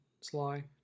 Sly